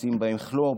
מכניסים בהם כלור.